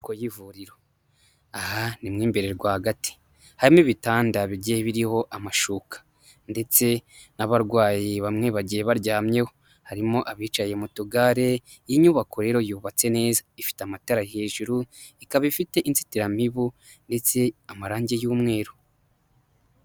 Inyubako y'ivuriro, aha ni nimo imbere rwagati harimo ibitanda bigiye biriho amashuka ndetse n'abarwayi bamwe bagiye baryamyeho. Harimo abicaye mu tugare iyi' nyubako rero yubatse neza ifite amatara hejuru ikaba ifite inzitiramibu ndetse amarangi y'umweru